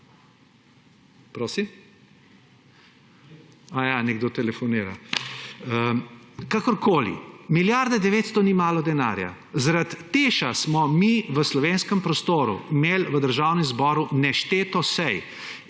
Prosim? Aja, nekdo telefonira. Kakorkoli, milijarda 900 ni malo denarja. Zaradi Teša smo mi v slovenskem prostoru imeli v Državnem zboru nešteto sej,